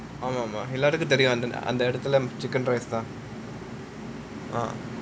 ஆமா ஆமா எல்லாருக்கும் தெரியும் அந்த இடத்துல:aamaa aamaa ellarukkum theriyum antha idathula chicken rice தான்:thaan ah